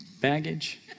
baggage